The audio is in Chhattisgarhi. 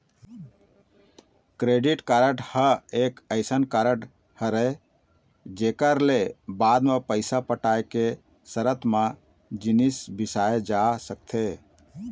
क्रेडिट कारड ह एक अइसन कारड हरय जेखर ले बाद म पइसा पटाय के सरत म जिनिस बिसाए जा सकत हे